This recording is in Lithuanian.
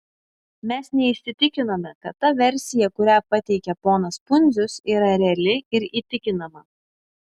mes neįsitikinome kad ta versija kurią pateikė ponas pundzius yra reali ir įtikinama